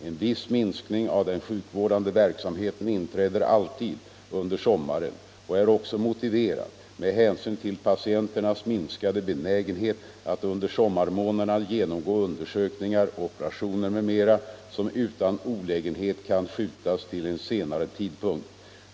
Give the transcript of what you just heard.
En viss minskning av den sjuk vårdande verksamheten inträder alltid under sommaren och är också motiverad med hänsyn till patienternas minskade benägenhet att under sommarmånaderna genomgå undersökningar, operationer m.m. som utan olägenhet kan skjutas till en senare tidpunkt.